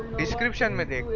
description but